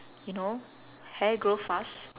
you know hair grow fast